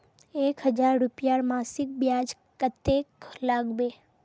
एक हजार रूपयार मासिक ब्याज कतेक लागबे?